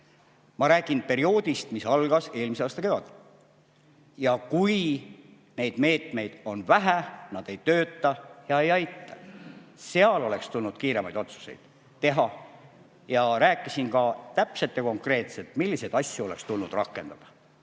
Ma räägin perioodist, mis algas eelmise aasta kevadel. Ja kui neid meetmeid on vähe, nad ei tööta ja ei aita, siis seal tuleks kiiremaid otsuseid teha. Rääkisin ka täpselt ja konkreetselt, milliseid asju oleks tulnud rakendada,